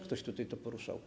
Ktoś tutaj to poruszał.